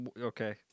Okay